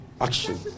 action